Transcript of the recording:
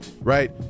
right